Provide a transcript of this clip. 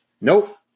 Nope